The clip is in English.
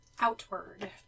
outward